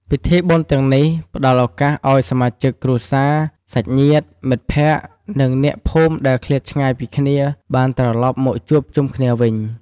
ពិធីបុណ្យទាំងនេះផ្តល់ឱកាសឲ្យសមាជិកគ្រួសារ សាច់ញាតិ មិត្តភ័ក្តិ និងអ្នកភូមិដែលឃ្លាតឆ្ងាយពីគ្នា បានត្រឡប់មកជួបជុំគ្នាវិញ។